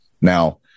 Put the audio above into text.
now